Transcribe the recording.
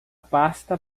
pasta